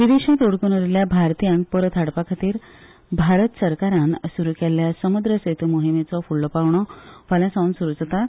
विदेशांत आडकून उरिल्ल्या भारतीयांक परतून हाडपा खातीर भारत सरकारान सुरू केल्ल्या समुद्र सेतू मोहिमेचो फुडलो पांवडो फाल्यां सावन स्रू जाता